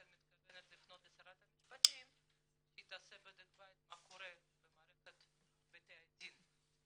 מתכוונת לפנות לשרת המשפטים שהיא תעשה בדק בית מה קורה בבתי הדין,